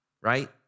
right